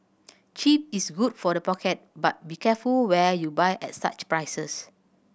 cheap is good for the pocket but be careful where you buy at such prices